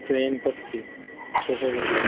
ওই তো এনফরটি ওষুধ